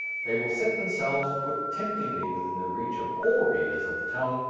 they will set themselves to put temptingly within the reach of all readers of the tongue,